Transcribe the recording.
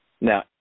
Now